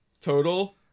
total